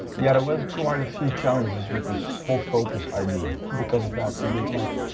yeah, there was quite a few challenges with this whole focus idea because of that, and they like,